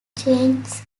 changes